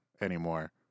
anymore